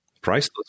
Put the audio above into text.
priceless